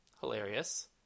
hilarious